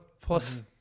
plus